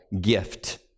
gift